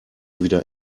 wieder